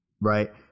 right